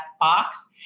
box